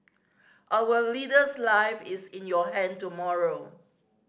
our leader's life is in your hand tomorrow